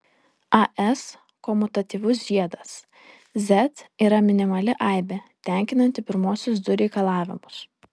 as komutatyvus žiedas z yra minimali aibė tenkinanti pirmuosius du reikalavimus